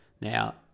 Now